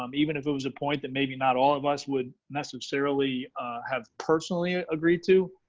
um even if it was a point that maybe not all of us would necessarily have personally ah agreed to.